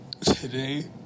today